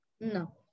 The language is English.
No